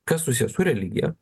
kas susiję su religija